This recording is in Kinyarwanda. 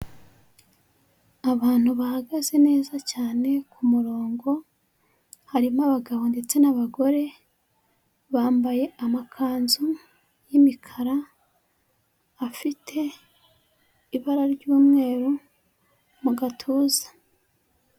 Abantu bahagaze neza cyane kumurongo harimo abagabo ndetse n'abagore bambaye amakanzu y,imikara afite ibara ry,umweru mu gatuza.